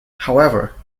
however